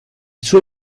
suo